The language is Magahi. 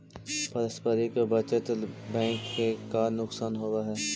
पारस्परिक बचत बैंक के का नुकसान होवऽ हइ?